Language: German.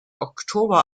oktober